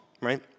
right